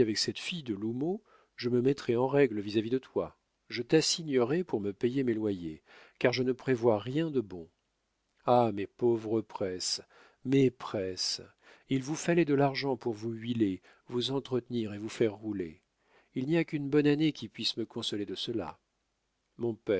cette fille de l'houmeau je me mettrai en règle vis-à-vis de toi je t'assignerai pour me payer mes loyers car je ne prévois rien de bon ah mes pauvres presses mes presses il vous fallait de l'argent pour vous huiler vous entretenir et vous faire rouler il n'y a qu'une bonne année qui puisse me consoler de cela mon père